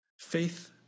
Faith